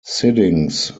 sidings